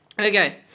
Okay